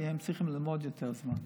כי הם צריכים ללמוד יותר זמן.